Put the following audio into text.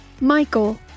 Michael